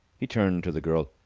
he turned to the girl.